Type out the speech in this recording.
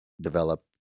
develop